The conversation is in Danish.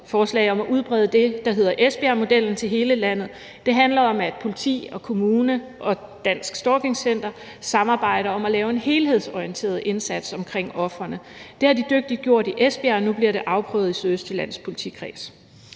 forslag om at udbrede det, der hedder Esbjergmodellen, til hele landet. Det handler om, at politi og kommune og Dansk Stalking Center samarbejder om at lave en helhedsorienteret indsats omkring ofrene. Det har de dygtiggjort i Esbjerg, og nu bliver det afprøvet i Sydøstjyllands Politikreds.